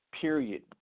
period